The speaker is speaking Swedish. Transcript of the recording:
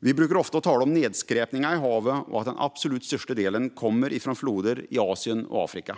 Det brukar ofta talas om nedskräpningen i haven och att den absolut största delen kommer från floder i Asien och Afrika.